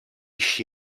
sci